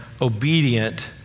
obedient